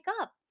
up